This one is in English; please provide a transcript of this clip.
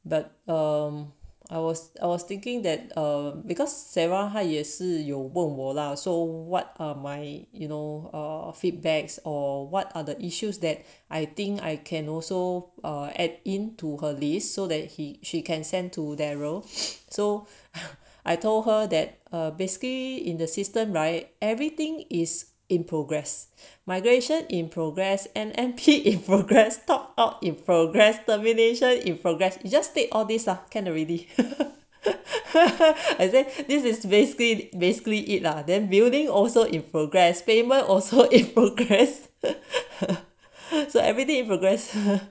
but um I was I was thinking that uh because sarah 他也是有问我 lah so what are my you know or feedbacks or what are the issues that I think I can also add into her list so that he she can send to daryl so I told her that are basically in the system right everything is in progress migration in progress and in progress topped out in progress termination in progress you just take all these ah can already in this is basically basically it lah then building also in progress payment also in progress so everything in progress